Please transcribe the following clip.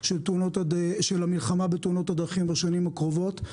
של המלחמה בתאונות הדרכים בשנים הקרובות.